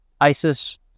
ISIS